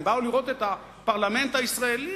הם באו לראות את הפרלמנט הישראלי,